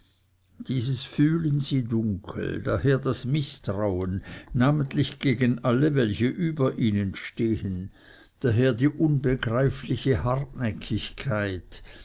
dieses fühlen sie dunkel daher das mißtrauen namentlich gegen alle welche über ihnen stehen daher die unbegreifliche hartnäckigkeit